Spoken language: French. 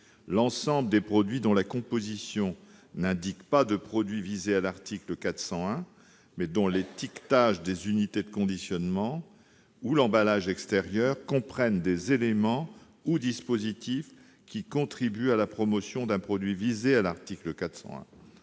l'ensemble des produits dont la composition n'indique pas de produit mentionné à l'article 401 mais dont l'étiquetage des unités de conditionnement ou l'emballage extérieur comprennent des éléments ou dispositifs qui contribuent à la promotion d'un produit mentionné au même article 401.